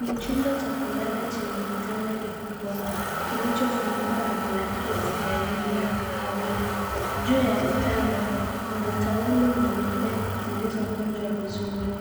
Ni chumba cha kulala chenye kitanda kikubwa kilichofunikwa na blanketi laini la kahawia. Juu ya kitanda kuna taulo nyeupe zilizokunjwa vizuri.